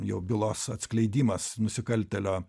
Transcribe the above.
jau bylos atskleidimas nusikaltėlio